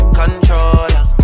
controller